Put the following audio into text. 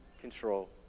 control